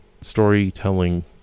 storytelling